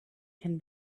can